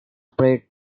played